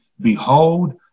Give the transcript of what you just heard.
behold